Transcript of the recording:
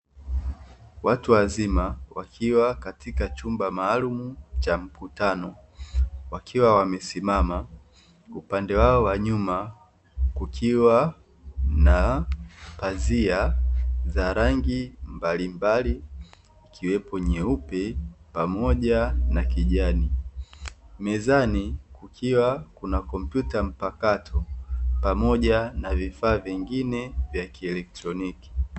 Watu wazima wakiwa katika chumba maalumu cha mkutano wakiwa wamesimama, upande wao wa nyuma kukiwa na pazia za rangi mbalimbali ikiwepo nyeupe pamoja na kijani, mezani kukiwa kuna kompyuta mpakato pamoja na vifaa vingine vya kielektroniki.